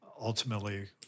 ultimately